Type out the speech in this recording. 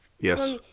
Yes